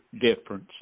difference